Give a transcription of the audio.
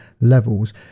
levels